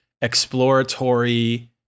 exploratory